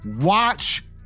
watch